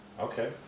okay